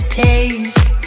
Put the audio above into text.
taste